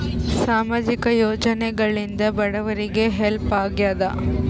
ಸಾಮಾಜಿಕ ಯೋಜನೆಗಳಿಂದ ಬಡವರಿಗೆ ಹೆಲ್ಪ್ ಆಗ್ಯಾದ?